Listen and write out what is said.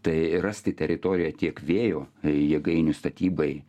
tai rasti teritoriją tiek vėjo jėgainių statybai